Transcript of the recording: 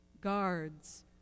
guards